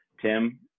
tim